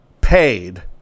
paid